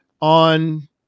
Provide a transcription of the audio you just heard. on